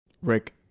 Rick